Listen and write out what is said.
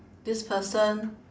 this person